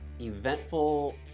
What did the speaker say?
eventful